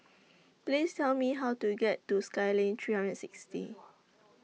Please Tell Me How to get to Skyline three hundred and sixty